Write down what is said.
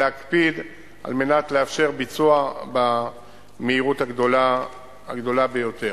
להקפיד על מנת לאפשר ביצוע במהירות הגדולה ביותר.